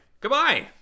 Goodbye